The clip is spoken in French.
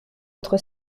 votre